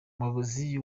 umuyobozi